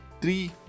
three